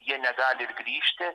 jie negali grįžti